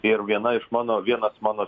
ir viena iš mano vienas mano